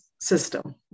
system